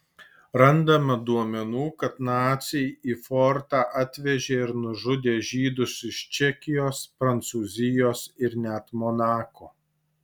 randama duomenų kad naciai į fortą atvežė ir nužudė žydus iš čekijos prancūzijos ir net monako